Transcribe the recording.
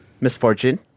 misfortune